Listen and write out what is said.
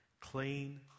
clean